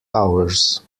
hours